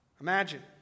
Imagine